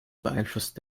beeinflusst